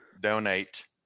donate